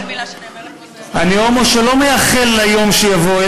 אני הומו שלא מייחל ליום שיבוא,